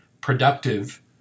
productive